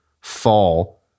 fall